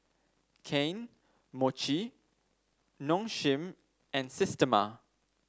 Kane Mochi Nong Shim and Systema